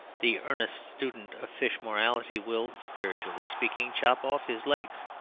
the earnest student of fish morality will, spiritually speaking, chop off his legs.